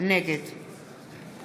נגד